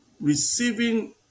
receiving